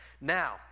Now